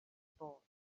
bought